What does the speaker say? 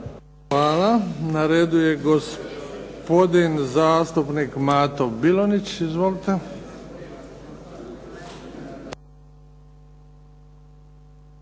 Hvala. Na redu je gospodin zastupnik Mato Bilonjić. Izvolite.